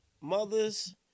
mothers